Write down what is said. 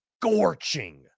scorching